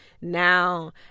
now